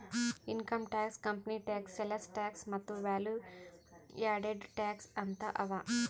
income tax, company tax, sales tax ಮತ್ತ value added tax ಅಂತ್ ಅವಾ